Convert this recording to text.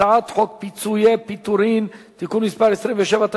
הצעת חוק פיצויי פיטורים (תיקון מס' 27),